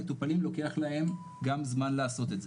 המטופלים לוקח להם גם זמן לעשות את זה.